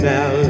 Now